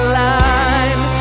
line